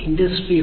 industry 4